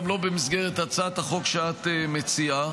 גם לא במסגרת הצעת החוק שאת מציעה.